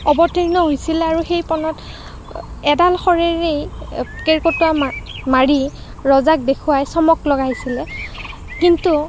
অৱতীৰ্ণ হৈছিলে আৰু সেই পণত এডাল শৰেৰেই কেৰ্কেটুৱা মা মাৰি ৰজাক দেখুৱাই চমক লগাইছিলে কিন্তু